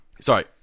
Sorry